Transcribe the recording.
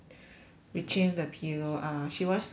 reaching the pillow ah she wants to sew that